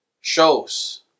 shows